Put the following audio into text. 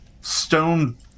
stone